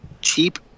cheap